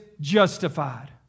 justified